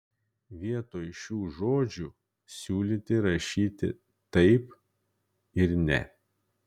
vietoj šių žodžių siūlyti rašyti taip ir ne